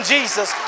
Jesus